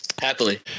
happily